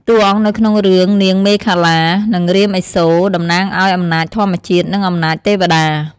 តួអង្គនៅក្នុងរឿងនាងមេខលា និងរាមឥសូរ តំណាងឱ្យអំណាចធម្មជាតិ និងអំណាចទេវតា។